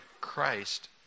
Christ